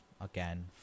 again